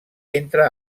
entre